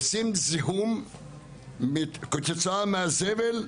עושים זיהום כתוצאה מהזבל,